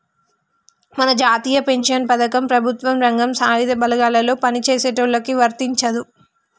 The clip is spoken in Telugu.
మన జాతీయ పెన్షన్ పథకం ప్రభుత్వ రంగం సాయుధ బలగాల్లో పని చేసేటోళ్ళకి వర్తించదు